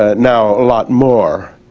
ah now a lot more